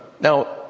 Now